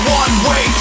one-way